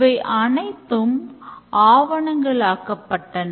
இவை அனைத்தும் ஆவணங்கள் ஆக்கப்பட்டன